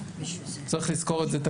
צריך לזכור את זה.